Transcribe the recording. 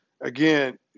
again